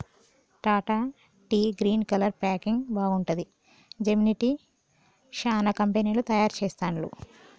Tata tea green colour packing బాగుంటది, Gemini tea, చానా కంపెనీలు తయారు చెస్తాండ్లు